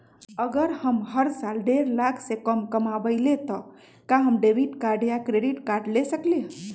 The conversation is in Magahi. अगर हम हर साल डेढ़ लाख से कम कमावईले त का हम डेबिट कार्ड या क्रेडिट कार्ड ले सकली ह?